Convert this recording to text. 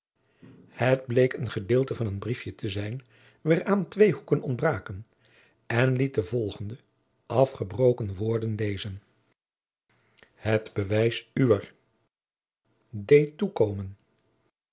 het bleek een gedeelte van een briefje te zijn waaraan twee hoeken ontbraken en liet de volgende afgebroken woorden lezen het bewijs uwer deed toekomen